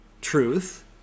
truth